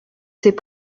ces